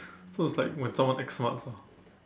so it's like when someone acts smart ah